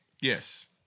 Yes